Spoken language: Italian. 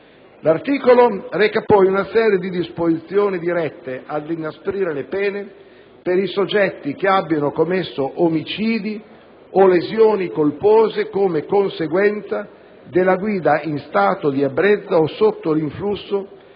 L'articolo reca poi una serie di disposizioni dirette ad inasprire le pene per i soggetti che abbiano commesso omicidi o lesioni colpose come conseguenza della guida in stato di ebbrezza o sotto l'influsso